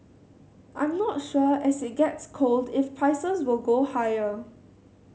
I'm not sure as it gets cold if prices will go higher